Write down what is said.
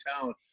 town